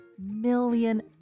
million